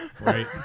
Right